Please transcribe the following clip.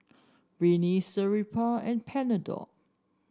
Rene Sterimar and Panadol